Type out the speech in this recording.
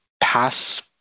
pass